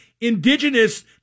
indigenous